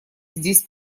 здесь